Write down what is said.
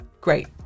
great